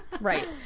right